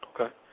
Okay